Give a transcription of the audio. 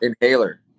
Inhaler